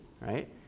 right